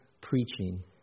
preaching